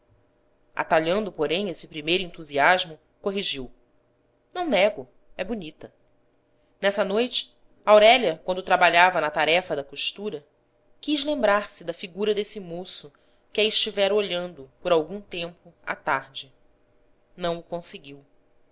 atalhando porém esse primeiro entusiasmo corrigiu não nego é bonita nessa noite aurélia quando trabalhava na tarefa da costura quis lembrar-se da figura desse moço que a estivera olhando por algum tempo à tarde não o conseguiu